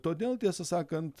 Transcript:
todėl tiesą sakant